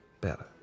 better